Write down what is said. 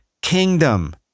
kingdom